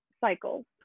cycles